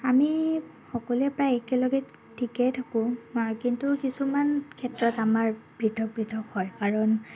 আমি সকলোৱে প্ৰায় একেলগে থিকেই থাকোঁ কিন্তু কিছুমান ক্ষেত্ৰত আমাৰ পৃথক পৃথক হয় কাৰণ